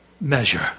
measure